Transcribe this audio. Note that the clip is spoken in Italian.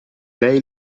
lei